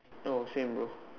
oh same bro